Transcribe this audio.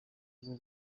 bwo